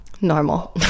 normal